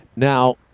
Now